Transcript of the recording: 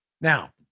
Now